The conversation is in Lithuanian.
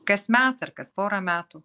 kas metai ar kas porą metų